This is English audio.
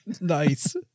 Nice